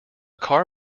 car